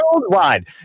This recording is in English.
Worldwide